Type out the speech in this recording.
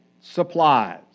supplies